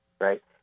Right